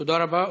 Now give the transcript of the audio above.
תודה רבה.